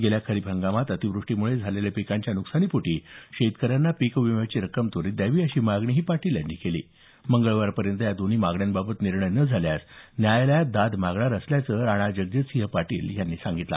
गेल्या खरीप हंगामात अतिवृष्टीमुळे झालेल्या पिकांच्या नुकसानीपोटी शेतकऱ्यांना पीक विम्याची रक्कम त्वरित द्यावी अशी मागणीही पाटील यांनी केली मंगळवारपर्यंत या दोन्ही मागण्यांबाबत निर्णय न झाल्यास न्यायालयात दाद मागणार असल्याचं राणा जगजीतसिंग पाटील यांनी सांगितलं